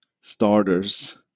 starters